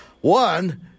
one